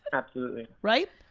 absolutely. right?